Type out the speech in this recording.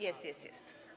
Jest, jest, jest.